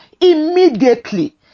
immediately